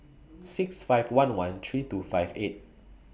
six five one one three two five eight